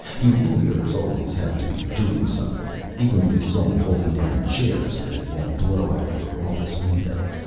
you lawyers always have to be doing something, even if it is only holding down chair so that it won't blow out of your office window.